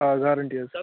آ گَارنٹی حظ